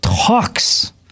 talks